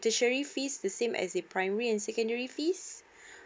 tertiary fees the same as the primary and secondary fees